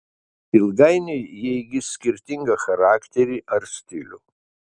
ilgainiui jie įgis skirtingą charakterį ar stilių